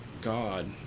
God